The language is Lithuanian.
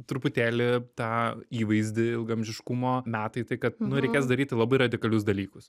truputėlį tą įvaizdį ilgaamžiškumo meta į tai kad nu reikės daryti labai radikalius dalykus